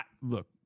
look